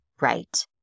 right